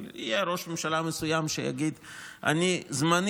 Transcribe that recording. אבל אם יהיה ראש ממשלה מסוים שיגיד: זמנית